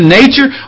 nature